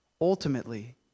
Ultimately